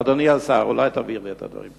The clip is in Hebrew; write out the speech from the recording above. אדוני השר, אולי תבהיר לי את הדברים.